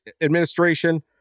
administration